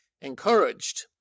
encouraged